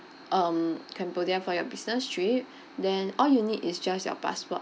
um cambodia for your business trip then all you need is just your passport